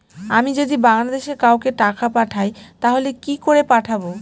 আমি যদি বাংলাদেশে কাউকে টাকা পাঠাই তাহলে কি করে পাঠাবো?